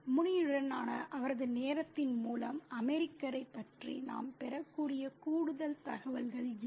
முனியுடனான அவரது நேரத்தின் மூலம் அமெரிக்கரைப் பற்றி நாம் பெறக்கூடிய கூடுதல் தகவல்கள் இவை